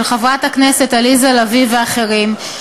של חברת הכנסת עליזה לביא ואחרים,